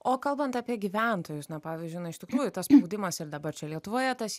o kalbant apie gyventojus na pavyzdžiui na iš tikrųjų tas spaudimas ir dabar čia lietuvoje tas